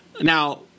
Now